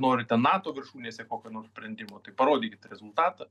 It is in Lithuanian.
norite nato viršūnėse kokio nors sprendimo tai parodykit rezultatą